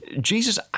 Jesus